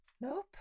Nope